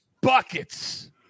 Buckets